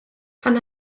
pan